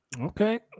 Okay